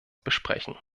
besprechen